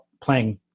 playing